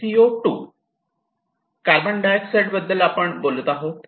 CO 2 ज्या carbon dioxide बद्दल आपण बोलत आहोत